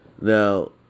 Now